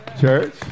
Church